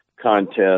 contest